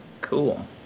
cool